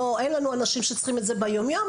לא אין לנו אנשים שצריכים את זה ביום יום,